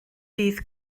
bydd